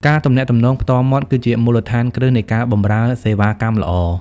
ការទំនាក់ទំនងផ្ទាល់មាត់គឺជាមូលដ្ឋានគ្រឹះនៃការបម្រើសេវាកម្មល្អ។